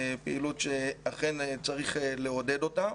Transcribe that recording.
פעילות שאכן צריך לעודד אותה.